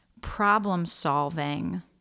problem-solving